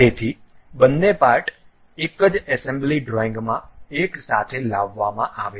તેથી બંને પાર્ટ એક જ એસેમ્બલી ડ્રોઇંગમાં એકસાથે લાવવામાં આવે છે